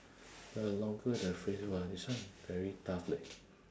the longer the phrase !wah! this one very tough leh